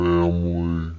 Family